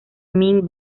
min